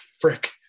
frick